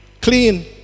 clean